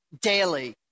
daily